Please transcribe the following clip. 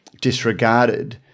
disregarded